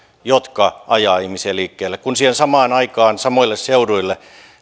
jotka ajavat ihmisiä liikkeelle kun siihen samaan aikaan samoille seuduille